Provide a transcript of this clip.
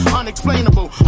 unexplainable